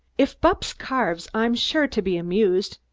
if bupps carves, i'm sure to be amused,